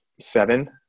seven